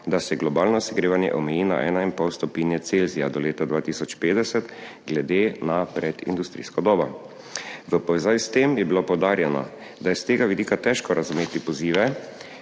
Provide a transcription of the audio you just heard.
da se globalno segrevanje omeji 1,5 stopinje Celzija do leta 2050 glede na predindustrijsko dobo. V povezavi s tem je bilo poudarjeno, da je s tega vidika težko razumeti pozive,